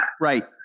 Right